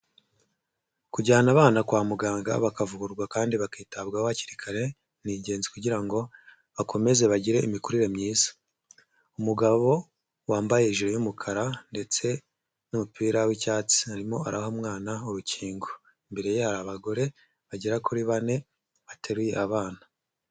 Kujyana abana kwa muganga bakavugururwa kandi bakitabwaho hakiri kare ni ingenzi kugira ngo bakomeze bagire imikurire myiza, umugabo wambaye ijiri y'umukara ndetse n'umupira w'icyatsi arimo araha umwana urukingo, imbere ye hari abagore bagera kuri bane bateruye abana.